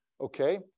okay